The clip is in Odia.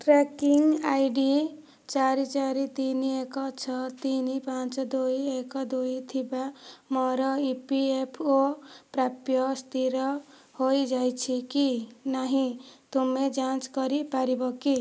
ଟ୍ରାକିଂ ଆଇଡି ଚାରି ଚାରି ତିନି ଏକ ଛଅ ତିନି ପାଞ୍ଚ ଦୁଇ ଏକ ଦୁଇ ଥିବା ମୋ'ର ଇପିଏଫ୍ଓ ପ୍ରାପ୍ୟ ସ୍ଥିର ହୋଇଯାଇଛି କି ନାହିଁ ତୁମେ ଯାଞ୍ଚ କରିପାରିବ କି